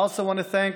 אני רוצה להודות